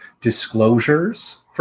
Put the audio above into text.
disclosures